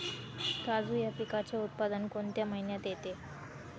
काजू या पिकाचे उत्पादन कोणत्या महिन्यात येते?